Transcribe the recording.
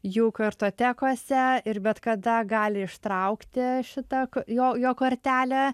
jų kartotekose ir bet kada gali ištraukti šitą jo jo kortelę